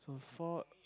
four